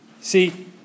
See